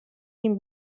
dyn